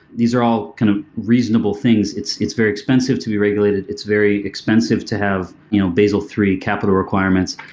these are all kind of reasonable things. it's it's very expensive to be regulated. it's very expensive to have you know basel iii capital requirements,